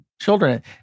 children